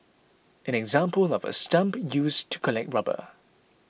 an example of a stump used to collect rubber